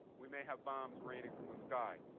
we may have bombs raining from the sky.